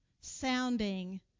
sounding